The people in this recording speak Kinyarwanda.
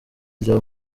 rya